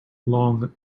long